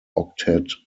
octet